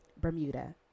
Bermuda